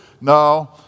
No